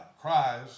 cries